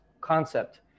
concept